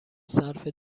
صرف